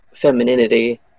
femininity